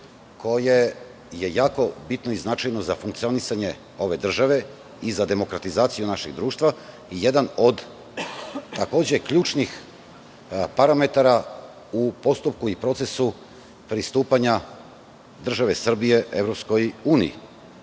koja je jako bitna i značajna za funkcionisanje ove države i za demokratizaciju našeg društva i jedan od takođe ključnih parametara u postupku i procesu pristupanja države Srbije EU, jer